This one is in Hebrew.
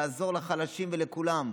לעזור לחלשים ולכולם.